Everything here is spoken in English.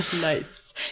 Nice